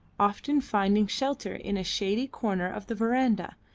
often finding shelter in a shady corner of the verandah,